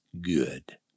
good